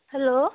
hello